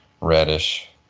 Reddish